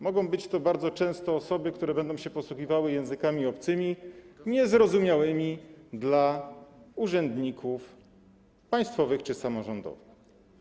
Mogą być to bardzo często osoby, które będą się posługiwały językami obcymi, niezrozumiałymi dla urzędników państwowych czy samorządowych.